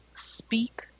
speak